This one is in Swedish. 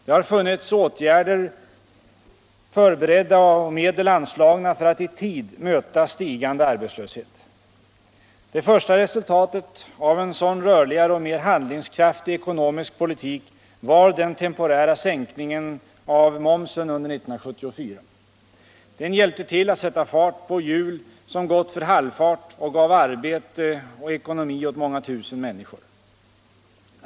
Det har funnits åtgärder förberedda och medel anslagna för att i tid möta stigande arbetslöshet. Det första resultatet av en sådan rörligare och mer handlingskraftig ekonomisk politik var den temporära sänkningen av momsen under 1974. Den hjälpte till att sätta fart på hjul som gått för halvfart och gav arbete och bättre ekonomi åt många tusen människor.